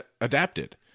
adapted